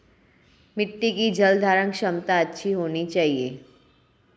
मिट्टी की जलधारण क्षमता अच्छी होनी चाहिए